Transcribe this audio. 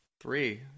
Three